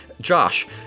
Josh